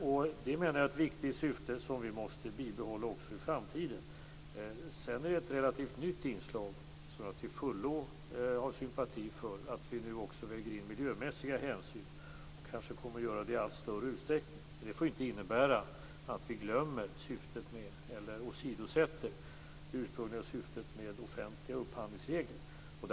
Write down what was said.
Jag menar att det är ett viktigt syfte som vi måste bibehålla också i framtiden. Sedan är det ett relativt nytt inslag, som jag till fullo har sympati för, att vi nu också väger in miljömässiga hänsyn - och kanske kommer att göra det i allt större utsträckning. Det får dock inte innebära att vi åsidosätter det ursprungliga syftet med offentliga upphandlingsregler.